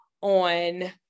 on